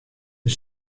der